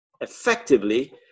effectively